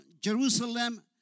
Jerusalem